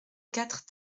quatre